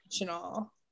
emotional